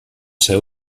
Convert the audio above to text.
ser